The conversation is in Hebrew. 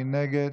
מי נגד?